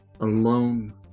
Alone